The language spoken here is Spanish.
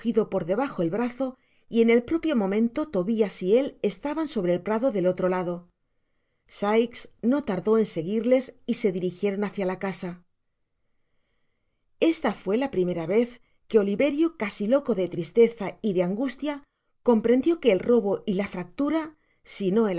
por debajo el brazo y en el propio momento tobias y él estaban sobre el prado del otro lado sikes no tardó'en seguirles y se dirijieron hacia la casa esta fué la primera vez que oliverio casi loco de tristeza y de angustia comprendió que el robo y la fractura sino el